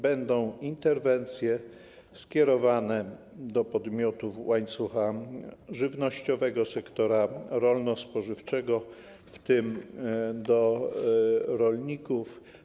Będą interwencje skierowane do podmiotów łańcucha żywnościowego, sektora rolno-spożywczego, w tym do rolników.